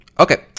Okay